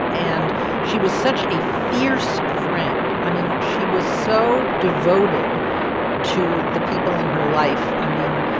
and she was such a fierce friend. i mean, she was so devoted to the people in her life. i mean,